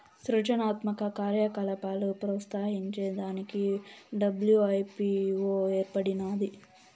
సృజనాత్మక కార్యకలాపాలు ప్రోత్సహించే దానికి డబ్ల్యూ.ఐ.పీ.వో ఏర్పడినాది